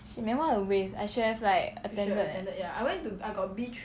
shit man what a waste I should have like attended eh